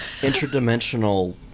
interdimensional